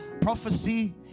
Prophecy